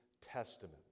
Testament